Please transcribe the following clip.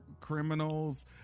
criminals